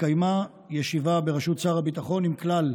התקיימה ישיבה בראשות שר הביטחון עם כלל